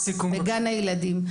בגן הילדים.